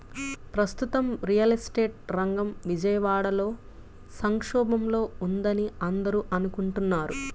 ప్రస్తుతం real estate రంగం విజయవాడలో సంక్షోభంలో ఉందని అందరూ అనుకుంటున్నారు